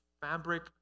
fabric